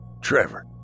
Trevor